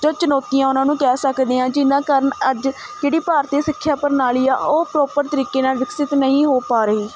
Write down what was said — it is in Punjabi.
ਜਾਂ ਚੁਣੌਤੀਆਂ ਉਹਨਾਂ ਨੂੰ ਕਹਿ ਸਕਦੇ ਹਾਂ ਜਿਹਨਾਂ ਕਾਰਨ ਅੱਜ ਜਿਹੜੀ ਭਾਰਤੀ ਸਿੱਖਿਆ ਪ੍ਰਣਾਲੀ ਆ ਉਹ ਪ੍ਰੋਪਰ ਤਰੀਕੇ ਨਾਲ਼ ਵਿਕਸਿਤ ਨਹੀਂ ਹੋ ਪਾ ਰਹੀ